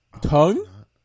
Tongue